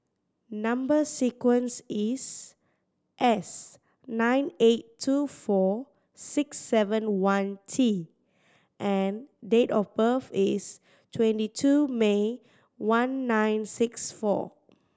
number sequence is S nine eight two four six seven one T and date of birth is twenty two May one nine six four